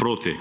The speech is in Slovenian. proti.